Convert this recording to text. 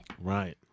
Right